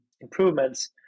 improvements